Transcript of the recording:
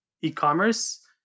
e-commerce